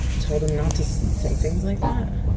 told him not to say things like that?